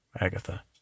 Agatha